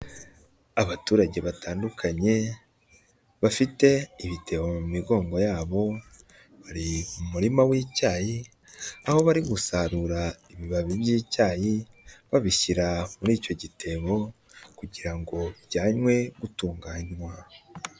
Abaturage batandukanye bafite ibitebo mu migongo yabo, bari umurima w'icyayi aho bari gusarura ibibabi by'icyayi babishyira muri icyo gitebo kugira ngo bijyanywe gutunganywa.